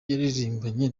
yaririmbanye